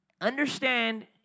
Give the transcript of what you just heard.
Understand